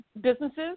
businesses